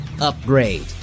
upgrade